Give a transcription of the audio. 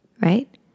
right